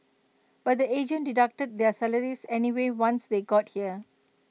but the agent deducted their salaries anyway once they got here